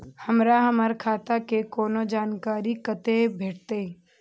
हमरा हमर खाता के कोनो जानकारी कते भेटतै